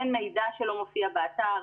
אין מידע שלא מופיע באתר.